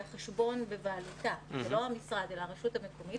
שהחשבון בבעלותה זה לא המשרד אלא הרשות המקומית